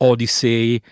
Odyssey